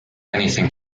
anything